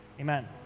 amen